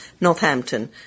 Northampton